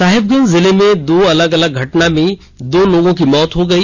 साहिबगंज जिले में दो अलग अलग घटना में दो लोगों की मौत हो गई